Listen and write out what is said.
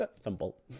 simple